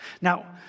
Now